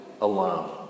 Alone